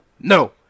No